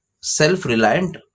self-reliant